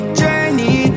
journey